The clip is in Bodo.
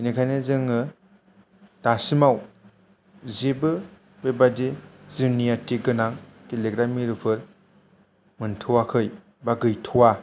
बेनिखायनो जोङो दासिमाव जेबो बेबायदि जुनियाथि गोनां गेलेग्रा मिरुफोर मोनथ'आखै बा गैथ'आ